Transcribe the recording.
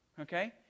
Okay